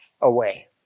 away